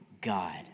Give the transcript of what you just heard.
God